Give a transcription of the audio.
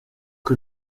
que